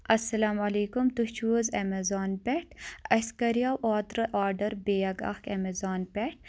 اَسَلامُ عَلیکُم تُہۍ چھو حظ اؠمیزان پؠٹھ اَسہِ کَریو اوترٕ آرڈر بیگ اَکھ ایٚمیزان پؠٹھ